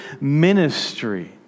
ministry